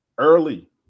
Early